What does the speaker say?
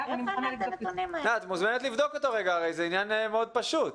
את מוזמנת לבדוק אותו, זה נושא פשוט.